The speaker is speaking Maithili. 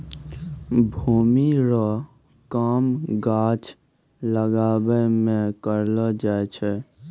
भूमि रो काम गाछ लागाबै मे करलो जाय छै